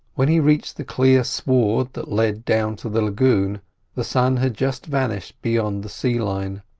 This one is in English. when he reached the clear sward that led down to the lagoon the sun had just vanished beyond the sea-line.